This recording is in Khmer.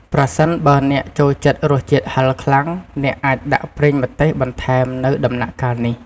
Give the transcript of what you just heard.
ប្រសិនបើអ្នកចូលចិត្តរសជាតិហឹរខ្លាំង អ្នកអាចដាក់ប្រេងម្ទេសបន្ថែមនៅដំណាក់កាលនេះ។